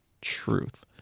truth